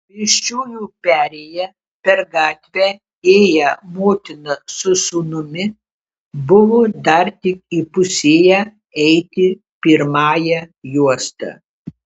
pėsčiųjų perėja per gatvę ėję motina su sūnumi buvo dar tik įpusėję eiti pirmąja juosta